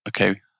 okay